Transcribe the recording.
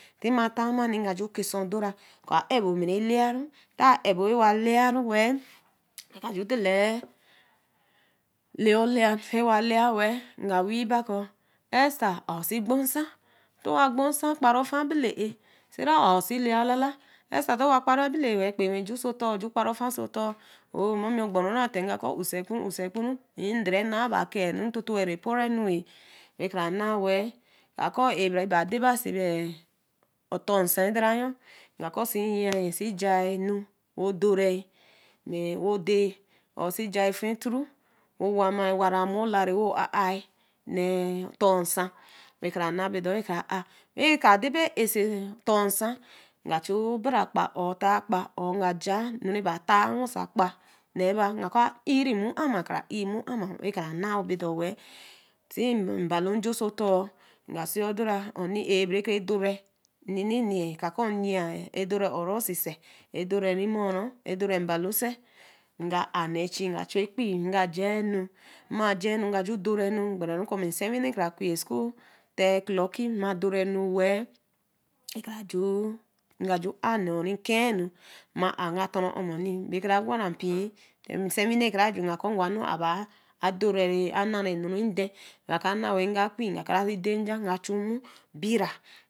Ti ma tamani we ka si ju ka si odora-ɛh kɔ̃ ɛbo ma relai-ɛh nte ɛbo we wa lai weh reka ju dela laiolai tewa lai wel nga wi ba kɔ̃ ɛsther a ow si gbo nsa- ɛh ntowa gbo nsa kpara ofaa obele-ɛh sarah a õw sẽ loi alala ɛsther towa kpara abele-ɛh wel kpenwe ju oso otor ju kpara ofaa aso otor oh mummy ogboru-ɛh ateeh we ka kɔ̃ usi gbi usi gbigbi me redor ɛh aa ba akaanu retoti-ɛ ɛporonu-we we kra naa wel we ka ɛ-we bre naa de ba si ba otor asa-ɛh nga kɔ̃ si yii-ɛh si chai enu wo dori me wo dae or si chai ofetro wo wami ɛwaranmu nee otor nsa we kra naa bordor-ɛh we kra ãa we kra dae bu ɛh oso otor nsa we ka ju obere agba or oteh agba or nga nja ɛnu reba ɛteh-ɛh we oso agba ii mii amar we kra ii nmiu we naa bordor wel si mbalo njaso otor nga sii odora honey ã ɛh bre dori nnene ɛka kɔ̃ nyii re dorɛ̃ urõsi ser redore re moru redori mbalo ser nka ae nee oso ɛchi nga chu ɛkpii we ka ja enu ma ja enu we ka ju dorenu gberi kɔ̃ nsewine kra kwi school oteh clocki nma ju doraenu wel we nga ju ae on reke nkeehnu ma ae we nga tora on moni-ɛh be kra gwa pii be nsewine-ɛh kra ju nga kɔ̃ aba ngwa abah adori anaa enu reden naa ka na wel nga kwii nga si dae nja we chu mu bra-a